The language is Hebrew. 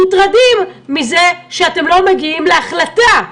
מוטרדים מזה שאתם לא מגיעים להחלטה.